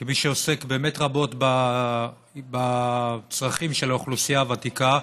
כמי שעוסק רבות בצרכים של האוכלוסייה הוותיקה.